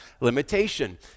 limitation